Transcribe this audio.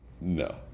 No